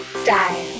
style